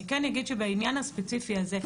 אני כן אגיד שבעניין הספציפי הזה,